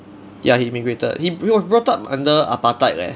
ya he immigrated he was brought up under apartheid leh